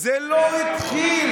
עכשיו הגעתם,